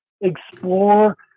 explore